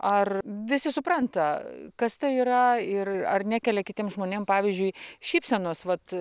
ar visi supranta kas tai yra ir ar nekelia kitiems žmonėms pavyzdžiui šypsenos vat